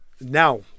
Now